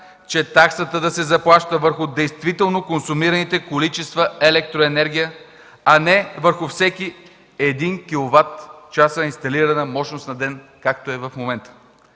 че таксата да се заплаща върху действително консумираните количества електроенергия, а не върху всеки един киловатчас инсталирана мощност на ден, както е в момента.